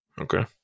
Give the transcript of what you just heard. Okay